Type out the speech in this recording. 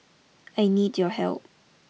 I need your help